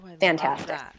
fantastic